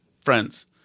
friends